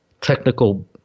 technical